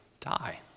die